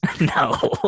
No